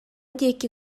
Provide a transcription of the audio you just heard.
диэки